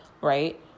right